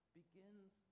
begins